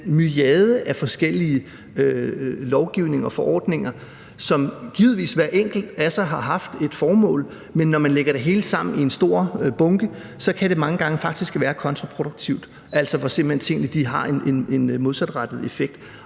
den myriade af forskellige lovgivninger og forordninger, som givetvis hver især har haft et formål, men som, når man lægger det hele sammen i en stor bunke, faktisk mange gange godt kan være kontraproduktivt, altså, hvor tingene simpelt hen har en modsatrettet effekt.